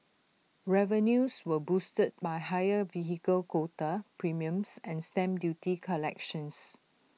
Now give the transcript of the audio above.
revenues were boosted by higher vehicle quota premiums and stamp duty collections